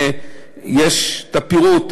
יש את הפירוט,